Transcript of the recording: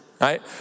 right